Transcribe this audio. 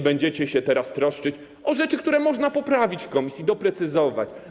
Będziecie się teraz troszczyć o rzeczy, które można poprawić w komisji, doprecyzować.